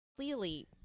Clearly